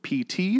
PT